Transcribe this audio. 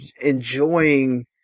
enjoying